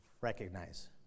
recognize